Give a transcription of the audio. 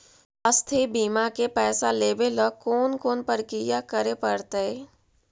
स्वास्थी बिमा के पैसा लेबे ल कोन कोन परकिया करे पड़तै?